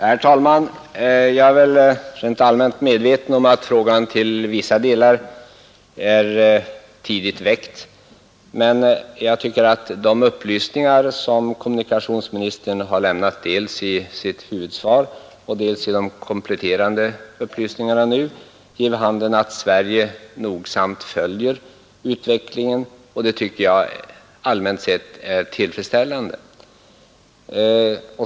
Herr talman! Jag är medveten om att frågan till vissa delar är tidigt väckt. Men jag tycker att de upplysningar som kommunikationsministern har lämnat dels i sitt huvudsvar, dels i de kompletterande synpunkterna nu ger vid handen att Sverige nogsamt följer utvecklingen, och det tycker jag allmänt sett är tillfredsställande.